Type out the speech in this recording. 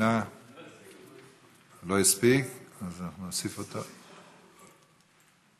רוצה